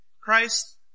Christ